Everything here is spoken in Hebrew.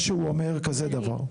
מה שהוא אומר כזה דבר.